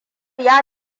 ya